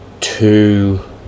two